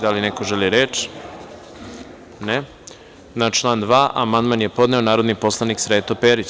Da li neko želi reč? (Ne.) Na član 2. amandman je podneo narodni poslanik Sreto Perić.